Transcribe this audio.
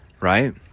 right